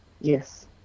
Yes